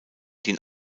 den